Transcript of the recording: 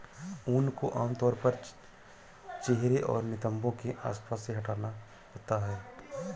ऊन को आमतौर पर चेहरे और नितंबों के आसपास से हटाना होता है